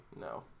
no